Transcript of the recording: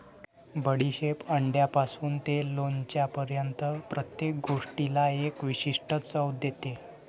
बडीशेप अंड्यापासून ते लोणच्यापर्यंत प्रत्येक गोष्टीला एक विशिष्ट चव देते